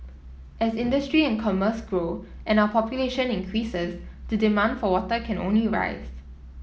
as industry and commerce grow and our population increases the demand for water can only rise